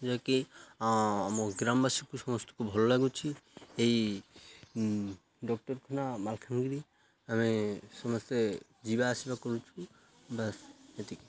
ଯାହାକି ଆମ ଗ୍ରାମବାସୀକୁ ସମସ୍ତଙ୍କୁ ଭଲ ଲାଗୁଛି ଏଇ ଡ଼କ୍ଟର୍ଖାନା ମାଲଖାନଗିରି ଆମେ ସମସ୍ତେ ଯିବା ଆସିବା କରୁଛୁ ବାସ୍ ଏତିକି